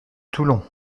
toulon